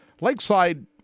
Lakeside